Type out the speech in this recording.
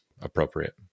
appropriate